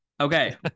Okay